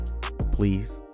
please